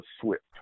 Swift